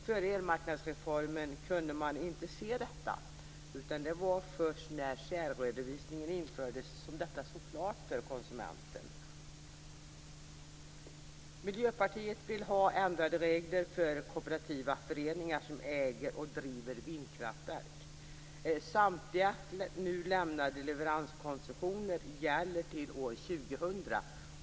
Före elmarknadsreformen kunde man inte se detta, utan det var först när särredovisningen infördes som det stod klart för konsumenten. 2000.